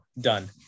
done